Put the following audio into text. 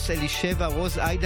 תוצאות ההצבעה: בעד,